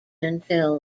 until